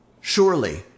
Surely